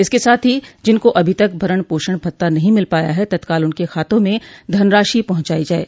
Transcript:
इसके साथ ही जिनको अभी तक भरण पोषण भत्ता नहीं मिल पाया है तत्काल उनके खातों में धनराशि पहुंचाई जाये